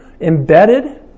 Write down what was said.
embedded